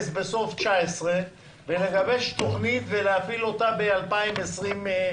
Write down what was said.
בסוף 2019 ולגבש תוכנית ולהפעיל אותה ב-2020.